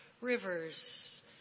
rivers